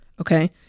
okay